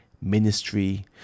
ministry